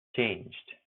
changed